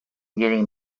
getting